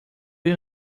you